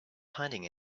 hiding